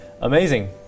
Amazing